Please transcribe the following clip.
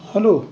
hello